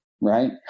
right